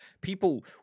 People